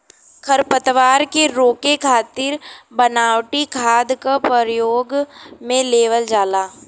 खरपतवार के रोके खातिर बनावटी खाद क परयोग में लेवल जाला